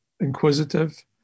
inquisitive